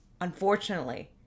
Unfortunately